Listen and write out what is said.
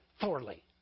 thoroughly